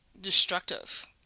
destructive